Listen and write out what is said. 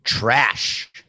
Trash